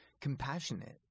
compassionate